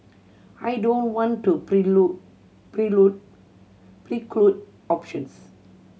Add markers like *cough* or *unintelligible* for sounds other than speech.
I don't want to *unintelligible* preclude options